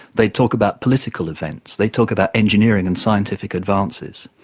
they'd talk about political events, they'd talk about engineering and scientific advances.